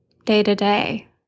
day-to-day